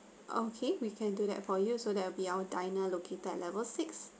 okay we can do that for you so that will be our diner located at level six